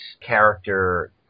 character